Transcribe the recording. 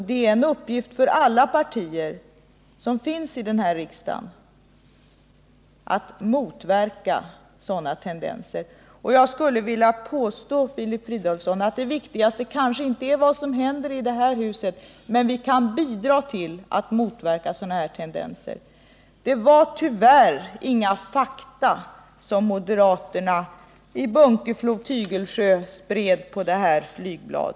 Det viktigaste kanske inte är vad som händer i detta hus, Filip Fridolfsson, men vi kan bidra till att motverka sådana tendenser. Det var tyvärr inga fakta som moderaterna i Bunkeflo-Tygelsjö spred i sitt flygblad.